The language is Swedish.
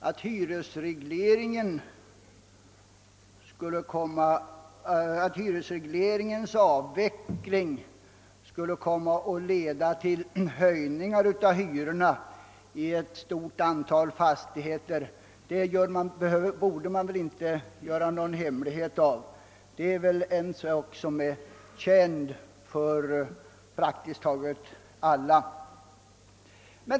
Att hyresregleringens avveckling i ett stort antal fastigheter skulle komma att leda till höjning av hyrorna borde man inte behöva göra någon hemlighet av, ty det är väl känt av praktiskt taget alla.